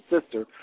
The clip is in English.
sister